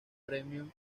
premio